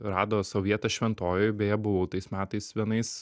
rado sau vietą šventojoj beje buvau tais metais vienais